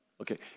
Okay